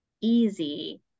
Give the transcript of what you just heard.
easy